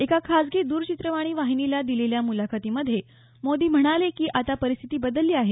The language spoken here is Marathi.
एका खासगी द्रचित्रवाणी वाहिनीला दिलेल्या मुलाखतीमध्ये मोदी म्हणाले की आता परिस्थिती बदलली आहे